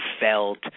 felt